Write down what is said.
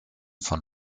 von